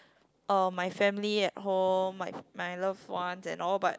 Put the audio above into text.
uh my family at home my my loved ones and all but